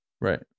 right